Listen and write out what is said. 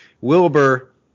Wilbur